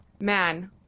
man